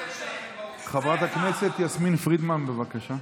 חברת הכנסת יסמין פרידמן, בבקשה.